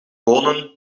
bonen